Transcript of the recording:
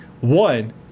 one